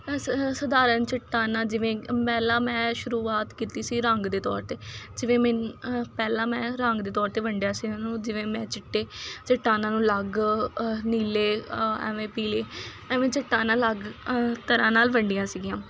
ਸਧਾਰਨ ਚੱਟਾਨਾਂ ਜਿਵੇਂ ਪਹਿਲਾਂ ਮੈਂ ਸ਼ੁਰੂਆਤ ਕੀਤੀ ਸੀ ਰੰਗ ਦੇ ਤੌਰ 'ਤੇ ਜਿਵੇਂ ਪਹਿਲਾਂ ਮੈਂ ਰੰਗ ਦੇ ਤੌਰ 'ਤੇ ਵੰਡਿਆ ਸੀ ਉਹਨਾਂ ਨੂੰ ਜਿਵੇਂ ਮੈਂ ਚਿੱਟੇ ਚੱਟਾਨਾਂ ਨੂੰ ਅਲੱਗ ਨੀਲੇ ਐਵੇਂ ਪੀਲੇ ਐਵੇਂ ਚੱਟਾਨਾਂ ਅਲੱਗ ਤਰ੍ਹਾਂ ਨਾਲ ਵੰਡੀਆਂ ਸੀਗੀਆਂ